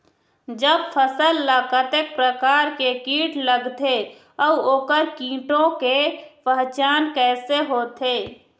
जब फसल ला कतेक प्रकार के कीट लगथे अऊ ओकर कीटों के पहचान कैसे होथे?